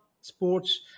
sports